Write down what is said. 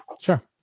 Sure